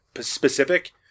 specific